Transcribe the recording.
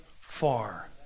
far